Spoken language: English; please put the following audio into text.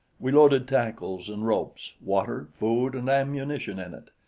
we loaded tackles and ropes, water, food and ammunition in it,